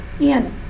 Ian